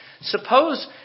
Suppose